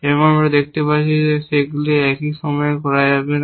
এবং আমরা দেখতে পাচ্ছি যে সেগুলি একই সময়ে করা যাবে না